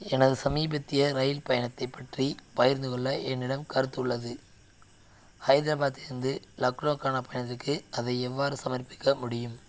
எனது சமீபத்திய ரயில் பயணத்தைப் பற்றி பகிர்ந்து கொள்ள என்னிடம் கருத்து உள்ளது ஹைதராபாத்திலிருந்து லக்னோக்கான பயணத்திற்கு அதை எவ்வாறு சமர்ப்பிக்க முடியும்